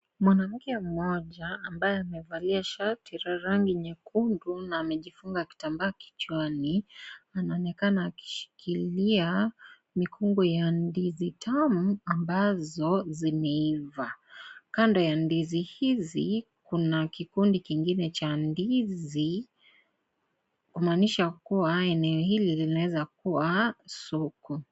Mwanamke mmoja ambaye amevalia sharti la rangi nyekundu na amejifunga kitambaa kichwani anaonekana akishikilia mikungu ya ndizi tamu ambazo zimeiva. Kando ya ndizi hizi kuna kikundi kingine cha ndizi kumanisha kuwa eneo hili linaweza kuwa soko.